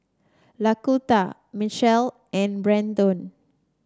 Laquita Mechelle and Brannon